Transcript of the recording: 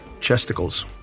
Chesticles